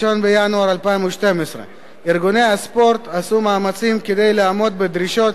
1 בינואר 2012. ארגוני הספורט עשו מאמצים כדי לעמוד בדרישות